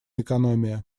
экономия